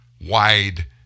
wide